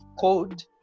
code